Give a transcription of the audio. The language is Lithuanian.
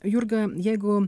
jurga jeigu